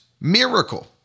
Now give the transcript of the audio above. miracle